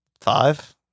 five